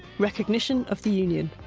recognition of the union.